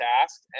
task